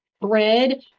bread